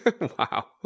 Wow